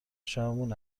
شبمون